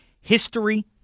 history